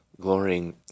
glorying